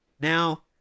Now